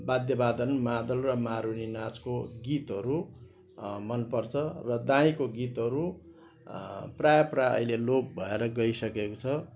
वाद्य वादन मादल र मारूनी नाँचको गीतहरू मन पर्छ र दाईँको गीतहरू प्रायः प्रायः अहिले लोप भएर गइसकेको छ